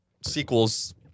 sequels